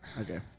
Okay